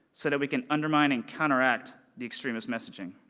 sort of we can undermine and counteract the extremist messaging?